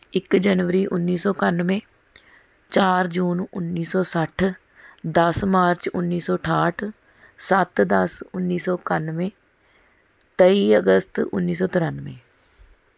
ਇੱਕ ਜਨਵਰੀ ਉੱਨੀ ਸੌ ਇਕਾਨਵੇਂ ਚਾਰ ਜੂਨ ਉੱਨੀ ਸੌ ਸੱਠ ਦਸ ਮਾਰਚ ਉੱਨੀ ਸੌ ਅਠਾਹਠ ਸੱਤ ਦਸ ਉੱਨੀ ਸੋ ਇਕਾਨਵੇਂ ਤੇਈ ਅਗਸਤ ਉੱਨੀ ਸੌ ਤਰਾਨਵੇਂ